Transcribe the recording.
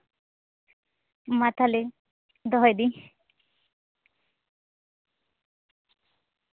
ᱢᱟ ᱛᱟᱦᱚᱞᱮ ᱫᱚᱦᱚᱭ ᱫᱟᱹᱧ